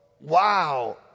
wow